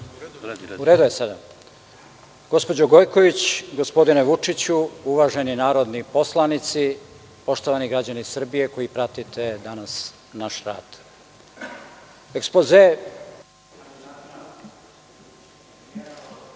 Krkobabić** Gospođo Gojković, gospodine Vučiću, uvaženi narodni poslanici, poštovani građani Srbije koji pratite danas naš rad,